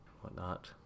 whatnot